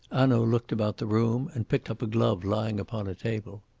hanaud looked about the room, and picked up a glove lying upon a table.